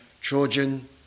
Trojan